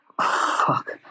Fuck